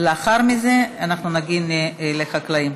ולאחר מכן אנחנו מגיעים לחקלאים.